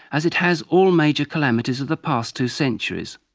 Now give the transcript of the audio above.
as it has all major calamities of the past two centuries.